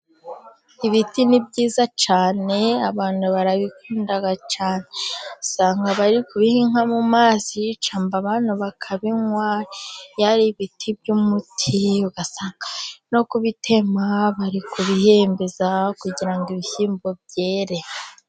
Ibiti ni byiza cyane, abantu barabikunda cyane. Usanga bari kubiha inka mu mazi cyamba abana bakabinywa iyo ari ibiti by'umuti, ugasanga bari no kubitema bari kubihembeza kugira ngo ibishyimbo byere.